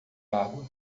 água